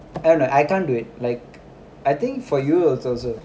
I don't know I can't do it like I think for you is also